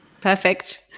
perfect